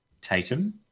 Tatum